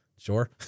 Sure